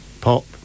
pop